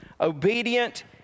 obedient